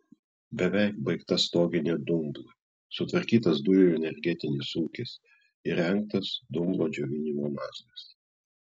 beveik baigta stoginė dumblui sutvarkytas dujų energetinis ūkis įrengtas dumblo džiovinimo mazgas